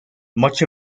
much